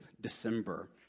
december